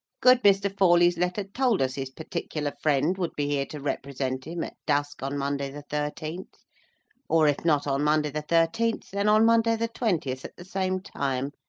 good mr. forley's letter told us his particular friend would be here to represent him, at dusk, on monday the thirteenth or, if not on monday the thirteenth, then on monday the twentieth, at the same time,